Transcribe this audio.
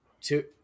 Two